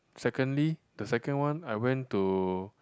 secondly the second one I went to